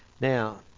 Now